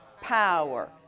power